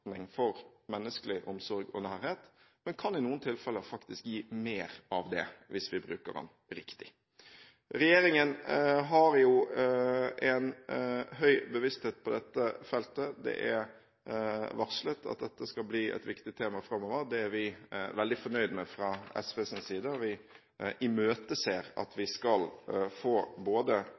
menneskelig omsorg og nærhet, men kan i noen tilfeller faktisk gi mer av det hvis vi bruker den riktig. Regjeringen har en høy bevissthet på dette feltet. Det er varslet at dette skal bli et viktig tema framover. Det er vi fra SVs side veldig fornøyd med. Vi imøteser at vi skal få både